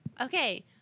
Okay